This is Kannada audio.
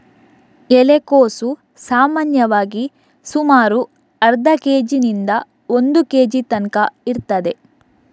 ಎಲೆಕೋಸು ಸಾಮಾನ್ಯವಾಗಿ ಸುಮಾರು ಅರ್ಧ ಕೇಜಿನಿಂದ ಒಂದು ಕೇಜಿ ತನ್ಕ ಇರ್ತದೆ